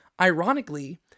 ironically